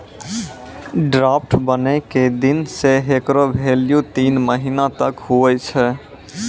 draft बनै के दिन से हेकरो भेल्यू तीन महीना तक हुवै छै